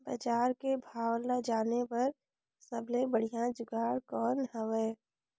बजार के भाव ला जाने बार सबले बढ़िया जुगाड़ कौन हवय?